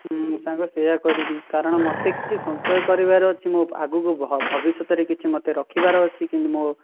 ସାଙ୍ଗ ସେଇଆ କରିବି କାରଣ ମୋତେ କିଛି ସଞ୍ଚୟ କରିବାର ଅଛି ମୋ ଆଗକୁ ଭବିଷ୍ୟତରେ କିଛି ମୋତେ ରଖିବାର ଅଛି କିନ୍ତୁ ମୋ